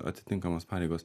atitinkamos pareigos